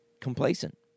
complacent